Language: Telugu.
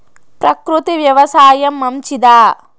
ప్రకృతి వ్యవసాయం మంచిదా?